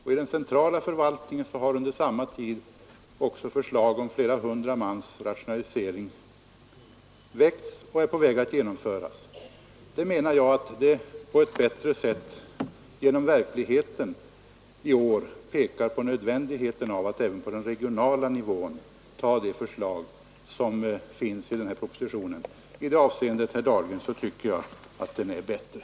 I den centrala förvaltningen har under samma tid oc förslag om flera hundra mans bortrationalisering väckts, och dessa förslag är nu på väg att genomföras. Jag menar att verkligheten på ett bättre sätt i år pekar på nödvändigheten av att även på den regionala nivån ta det förslag som finns i denna proposition. I det avseendet, herr Dahlgren, tycker jag att den är bättre.